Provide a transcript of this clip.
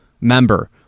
member